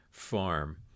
farm